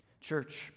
Church